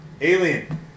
Alien